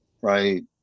right